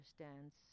understands